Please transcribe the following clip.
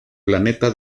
planeta